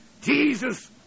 Jesus